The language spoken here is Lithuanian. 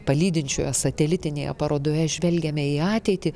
palydinčioje satelitinėje parodoje žvelgiame į ateitį